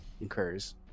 incurs